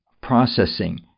processing